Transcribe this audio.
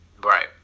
Right